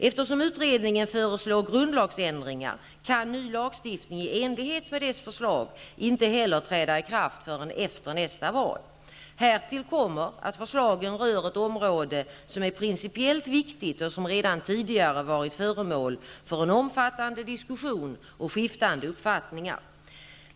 Eftersom utredningen föreslår grundlagsändringar, kan ny lagstiftning i enlighet med dess förslag inte heller träda i kraft förrän efter nästa val. Härtill kommer att förslagen rör ett område som är principiellt viktigt och som redan tidigare varit föremål för en omfattande diskussion och skiftande uppfattningar.